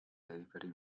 delivery